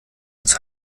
als